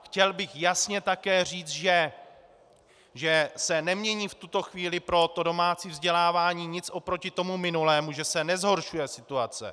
Chtěl bych jasně také říct, že se nemění v tuto chvíli pro to domácí vzdělávání nic oproti tomu minulému, že se nezhoršuje situace.